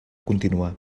continuar